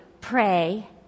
Pray